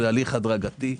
זה הליך הדרגתי.